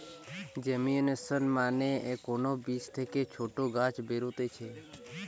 germination মানে কোন বীজ থেকে ছোট গাছ বেরুতিছে